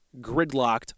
gridlocked